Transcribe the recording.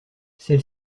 celle